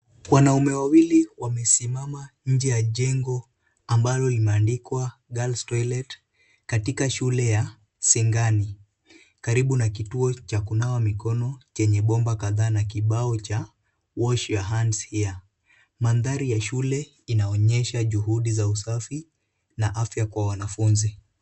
Wanaume wawili wamesimama nje ya jengo ambayo imeandikwa girls toilet katika shule ya singani karibu na kituo cha kunawa mikono chenye bomba kadhaa na kibao cha wash your hands here Mandhari ya shule inaonyesha juhudi za usafi na afya kwa wanafunzi.